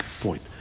point